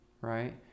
Right